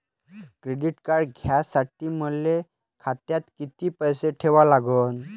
Credit card घ्यासाठी मले खात्यात किती पैसे ठेवा लागन?